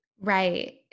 Right